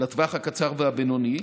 לטווח הקצר והבינוני,